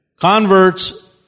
Converts